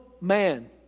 man